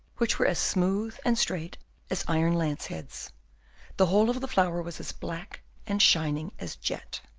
which were as smooth and straight as iron lance-heads the whole of the flower was as black and shining as jet.